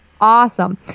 Awesome